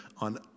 on